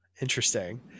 Interesting